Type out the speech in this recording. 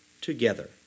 together